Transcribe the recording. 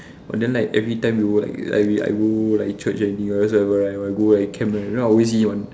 but then like every time we will like I go like church everything whatsoever right I will like camp I always see him one